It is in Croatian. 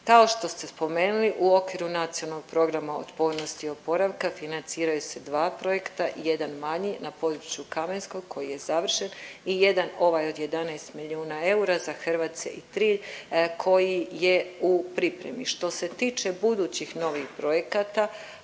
Kao što ste spomenuli, u okviru Nacionalnog plana otpornosti i oporavka financiraju se dva projekta, jedan manji na području Kamenskog koji je završen i jedan ovaj od 11 milijuna eura za Hrvace i Trilj koji je u pripremi. Što se tiče budućih novih projekata,